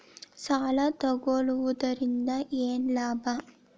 ಸಾಲ ತಗೊಳ್ಳುವುದರಿಂದ ಏನ್ ಲಾಭ?